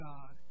God